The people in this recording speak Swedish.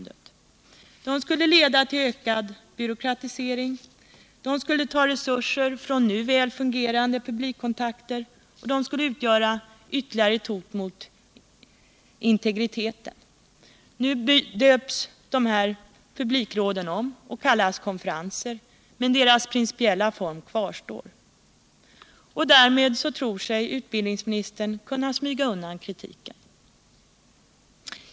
De skulle leda till ökad byråkratisering, de skulle ta resurser från nu väl fungerande publikkontakter och de skulle utgöra ytterligare ett hot mot integriteten. Nu döps publikråden om och kallas konferenser, men deras principiella form kvarstår. Därmed tror sig utbildningsministern kunna smyga undan kritiken.